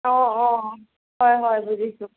অ অ হয় হয় বুজিছোঁ